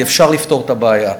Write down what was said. כי אפשר לפתור את הבעיה.